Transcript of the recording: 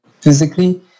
physically